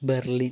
Berlin